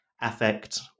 affect